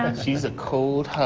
she is a cold